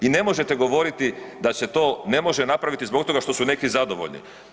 I ne možete govoriti da se to ne može napraviti zbog toga što su neki zadovoljni.